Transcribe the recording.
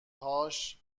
هاش